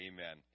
Amen